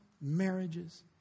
marriages